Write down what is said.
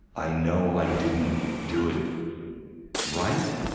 i know i didn't do it right,